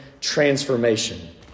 transformation